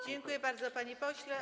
Dziękuję bardzo, panie pośle.